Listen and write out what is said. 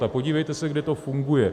A podívejte se, kde to funguje.